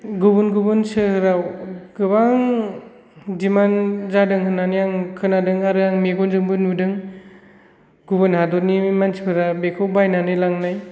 गुबुन गुबुन सोहोराव गोबां डिमाण्ड जादों होननानै आं खोनादों आरो आं मेगनजोंबो नुदों गुबुन हादरनि मानसिफोरा बेखौ बायनानै लांनाय